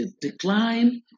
decline